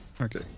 Okay